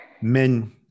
men